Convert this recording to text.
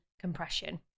compression